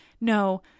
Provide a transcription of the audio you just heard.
no